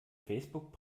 facebook